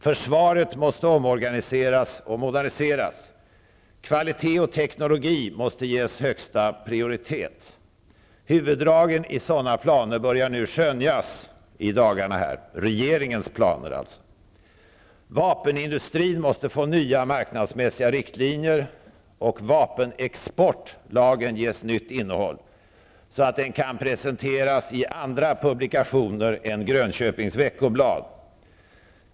Försvaret måste omorganiseras och moderniseras. Kvalitet och teknologi måste ges högsta prioritet. Huvuddragen i sådana planer, regeringens planer, börjar i dagarna skönjas. Vapenindustrin måste få nya, marknadsmässiga riktlinjer och vapenexportlagen ges nytt innehåll så att den kan presenteras i andra publikationer än Grönköpings Veckoblad.